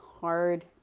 hard